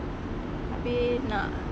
abeh nak